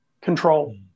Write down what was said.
control